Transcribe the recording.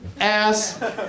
ass